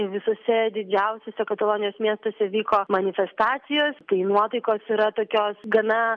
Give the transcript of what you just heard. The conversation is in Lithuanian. visuose didžiausiose katalonijos miestuose vyko manifestacijos tai nuotaikos yra tokios gana